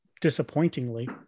disappointingly